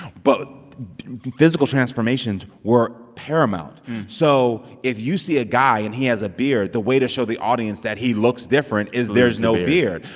but physical transformations were paramount so if you see a guy and he has a beard, the way to show the audience that he looks different is there's no beard.